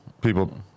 People